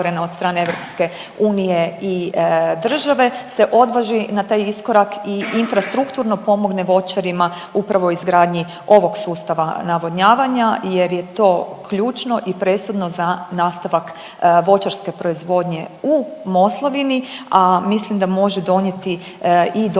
od strane EU i države se odvaži na taj iskorak i infrastrukturno pomogne voćarima upravo u izgradnji ovog sustava navodnjavanja jer je to ključno i presudno za nastavak voćarske proizvodnje u Moslavini, a mislim da može donijeti i dodanu